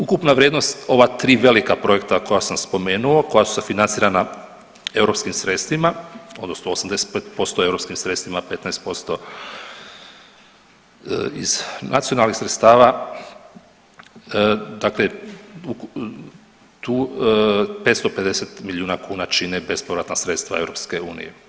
Ukupna vrijednost ova tri velika projekata koja sam spomenuo koja su financirana eu sredstvima odnosno 85% eu sredstvima 15% iz nacionalnih sredstava, dakle tu 550 milijuna kuna čine bespovratna sredstva EU.